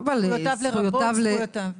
--- "לרבות זכויותיו".